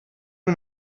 and